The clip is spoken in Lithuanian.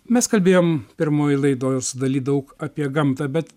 mes kalbėjom pirmoj laidos daly daug apie gamtą bet